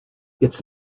its